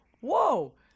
whoa